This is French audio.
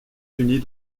unis